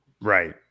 right